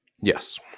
Yes